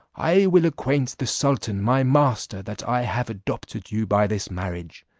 i will acquaint the sultan my master that i have adopted you by this marriage,